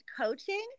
coaching